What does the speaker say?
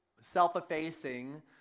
self-effacing